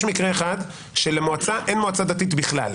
יש מקרה אחד שלמועצה אין מועצה דתית בכלל.